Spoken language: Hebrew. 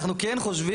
אנחנו כן חושבים,